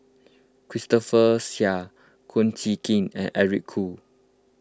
Christopher Chia Kum Chee Kin and Eric Khoo